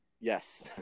Yes